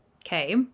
Okay